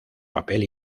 papel